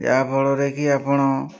ଯାହାଫଳରେ କି ଆପଣ